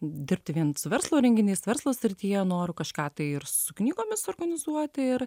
dirbti vien su verslo renginiais verslo srityje noru kažką tai ir su knygomis organizuoti ir